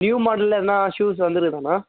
new மாடலில் எதனா shoes வந்துருக்குதாண்ணா